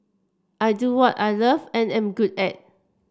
I do what I love and am good at